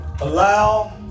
Allow